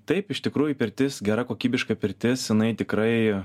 taip iš tikrųjų pirtis gera kokybiška pirtis jinai tikrai